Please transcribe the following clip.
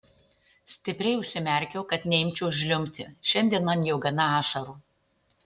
stipriai užsimerkiau kad neimčiau žliumbti šiandien man jau gana ašarų